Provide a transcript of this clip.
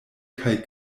kaj